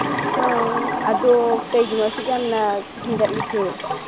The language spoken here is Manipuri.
ꯑ ꯑꯗꯣ ꯀꯩꯒꯤꯅꯣ ꯑꯁꯨꯛ ꯌꯥꯝꯅ ꯍꯦꯟꯒꯠꯂꯤꯁꯦ